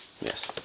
Yes